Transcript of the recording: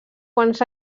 quants